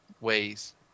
ways